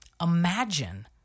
Imagine